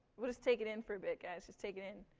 we'll just take it in for bit, guys, just take it in.